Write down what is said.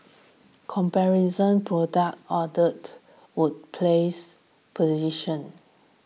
comparison product ordered would placed position